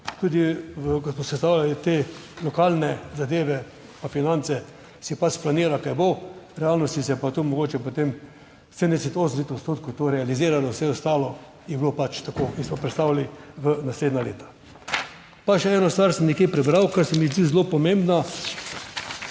Tudi, ko smo sestavljali te lokalne zadeve, pa finance, se pač planira kaj bo, v realnosti se je pa to mogoče potem 70, 80 odstotkov to realiziralo. Vse ostalo je bilo pač tako in smo predstavili v naslednja leta. Pa še eno stvar sem nekje prebral, ker se mi zdi zelo pomembna.